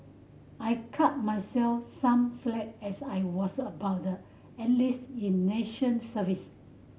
I cut myself some slack as I was about the enlist in nation service